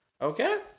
Okay